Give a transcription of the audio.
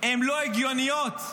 לא הגיוניות.